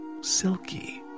silky